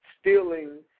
stealing